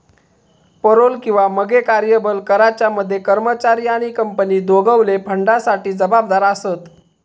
payroll किंवा मगे कर्यबल कराच्या मध्ये कर्मचारी आणि कंपनी दोघवले फंडासाठी जबाबदार आसत